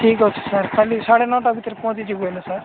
ଠିକ୍ ଅଛି ସାର୍ କାଲି ସାଢ଼େ ନଅଟା ଭିତରେ ପହଞ୍ଚି ଯିବୁ ଏଇନେ ସାର୍